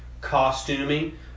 costuming